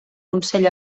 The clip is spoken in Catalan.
consell